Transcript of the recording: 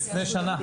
לפני שנה.